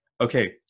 okay